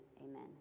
amen